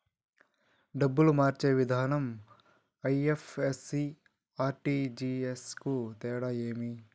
డబ్బులు మార్చే విధానం ఐ.ఎఫ్.ఎస్.సి, ఆర్.టి.జి.ఎస్ కు తేడా ఏమి?